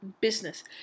business